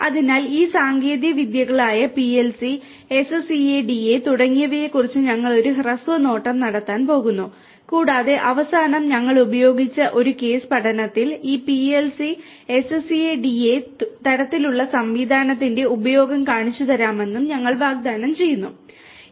അതിനാൽ ഈ സാങ്കേതികവിദ്യകളായ PLC SCADA തുടങ്ങിയവയെക്കുറിച്ച് ഞങ്ങൾ ഒരു ഹ്രസ്വ നോട്ടം നടത്താൻ പോകുന്നു കൂടാതെ അവസാനം ഞങ്ങൾ ഉപയോഗിച്ച ഒരു കേസ് പഠനത്തിൽ ഈ PLC SCADA തരത്തിലുള്ള സംവിധാനത്തിന്റെ ഉപയോഗം കാണിച്ചുതരാമെന്ന് ഞാൻ വാഗ്ദാനം ചെയ്തു